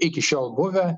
iki šiol buvę